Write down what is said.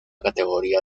categoría